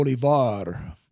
Bolivar